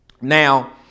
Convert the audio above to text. Now